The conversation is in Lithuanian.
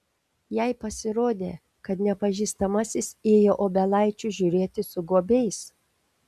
jai pasirodė kad nepažįstamasis ėjo obelaičių žiūrėti su guobiais